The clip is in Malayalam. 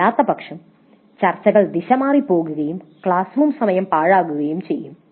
അല്ലാത്തപക്ഷം ചർച്ചകൾ ദിശമാറി പോകുകയും ക്ലാസ് റൂം സമയം പാഴാക്കുകയും ചെയ്യും